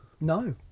No